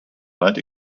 light